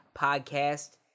Podcast